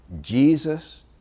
Jesus